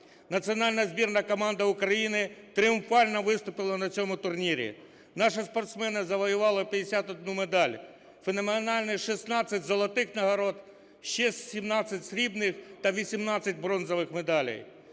Національна збірна команда України тріумфально виступила на цьому турнірі. Наші спортсмени завоювали 51 медаль: феноменальних 16 золотих нагород, ще 17 срібних та 18 бронзових медалей.